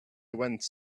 went